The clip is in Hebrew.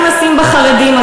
גם נכנסים בחרדים,